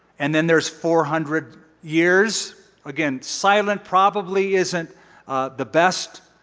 and then there's four hundred years again, silent probably isn't the best